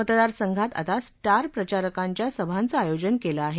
मतदारसंघात आता स्टार प्रचारकांच्या सभांचे आयोजन केले आहे